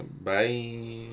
Bye